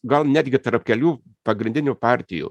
gal netgi tarp kelių pagrindinių partijų